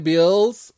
Bills